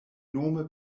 nome